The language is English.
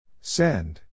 Send